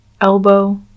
elbow